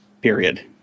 period